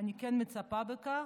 אני מצפה לכך.